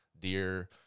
Deer